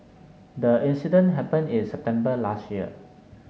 the incident happened in September last year